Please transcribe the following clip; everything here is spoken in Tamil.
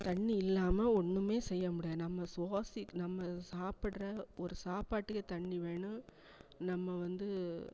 தண்ணி இல்லாமல் ஒன்றுமே செய்யமுடியாது நம்ம சுவாசி நம்ம சாப்பிட்ற ஒரு சாப்பாட்டுக்கே தண்ணி வேணும் நம்ம வந்து